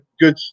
good